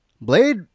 Blade